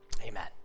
Amen